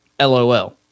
LOL